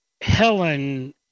Helen